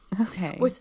Okay